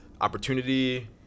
opportunity